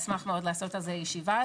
אשמח לעשות על זה ישיבה,